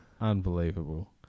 Unbelievable